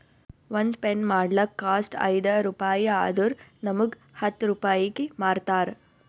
ಒಂದ್ ಪೆನ್ ಮಾಡ್ಲಕ್ ಕಾಸ್ಟ್ ಐಯ್ದ ರುಪಾಯಿ ಆದುರ್ ನಮುಗ್ ಹತ್ತ್ ರೂಪಾಯಿಗಿ ಮಾರ್ತಾರ್